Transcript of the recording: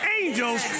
angels